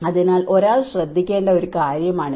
അതിനാൽ ഒരാൾ ശ്രദ്ധിക്കേണ്ട ഒരു കാര്യമാണിത്